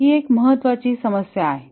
ही एक महत्त्वाची समस्या आहे